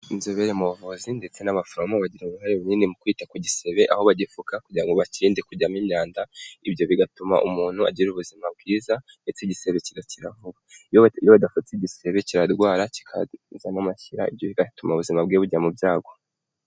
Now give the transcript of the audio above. Inzobere mu buvuzi ndetse n'abaforomo bagira uruhare runini mu kwita ku gisebe aho bagifuka kugira ngo bakirinde kujyamo imyanda ibyo bigatuma umuntu agira ubuzima bwiza ndetse igisebe kigakira vuba. Iyo badapfutse igisebe kirarwara kizamomashyira ibyo bigatuma ubuzima bwe bujya mu byago.